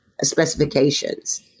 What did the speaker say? specifications